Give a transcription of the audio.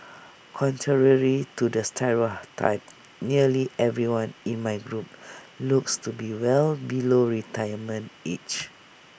contrary to the stereotype nearly everyone in my group looks to be well below retirement age